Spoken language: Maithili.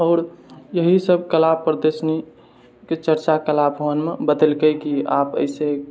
आओर यही सब कला प्रदर्शनीके चर्चा कला भवनमे बतेलकइ कि आप अइसे